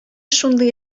шундый